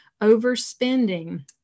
overspending